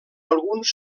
algunes